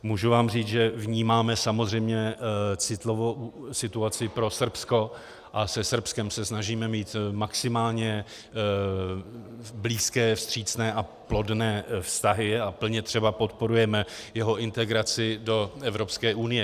Můžu vám říct, že vnímáme samozřejmě citlivou situaci pro Srbsko a se Srbskem se snažíme mít maximálně blízké, vstřícné a plodné vztahy a plně třeba podporujeme jeho integraci do Evropské unie.